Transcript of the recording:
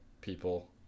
people